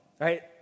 right